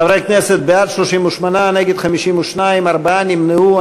חברי הכנסת, בעד, 38, נגד, 52, ארבעה נמנעו.